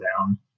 down